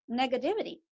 negativity